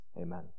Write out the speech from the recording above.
Amen